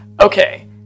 Okay